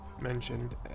mentioned